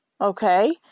okay